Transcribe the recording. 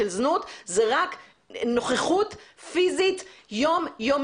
של זנות זה רק נוכחות פיזית יומיומית,